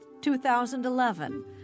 2011